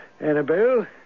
Annabelle